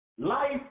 Life